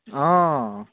অঁ